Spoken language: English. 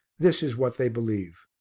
this is what they believe.